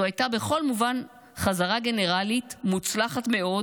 זו הייתה בכל מובן חזרה גנרלית מוצלחת מאוד